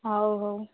ହଉ ହଉ